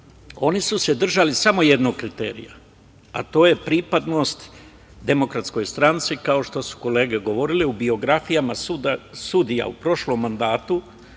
Oni su se držali samo jednog kriterijuma, a to je, pripadnost DS, kao što su kolege govorile u biografijama sudija u prošlom mandatu,